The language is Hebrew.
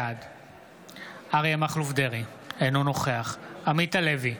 בעד אריה מכלוף דרעי, אינו נוכח עמית הלוי,